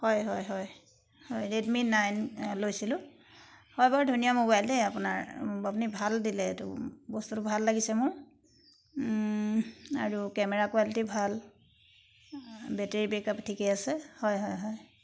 হয় হয় হয় হয় ৰেডমি নাইন লৈছিলোঁ হয় বৰ ধুনীয়া মোবাইল দেই আপোনাৰ আপুনি ভাল দিলে এইটো বস্তুটো ভাল লাগিছে মোৰ আৰু কেমেৰা কুৱালিটী ভাল বেটেৰী বেকআপ ঠিকে আছে হয় হয় হয়